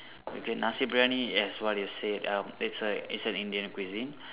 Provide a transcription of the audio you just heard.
okay Nasi-Briyani as what you said uh it's like it a Indian cuisine